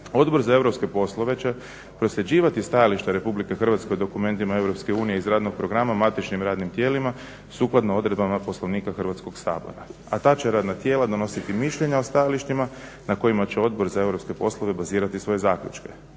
Odbor za europske poslove će prosljeđivat stajališta Republike Hrvatske o dokumentima Europske unije iz radnog programa matičnim radnim tijelima sukladno odredbama Poslovnika Hrvatskog sabora, a ta će radna tijela donositi mišljenja o stajalištima na kojima će Odbor za europske poslove bazirati svoje zaključke.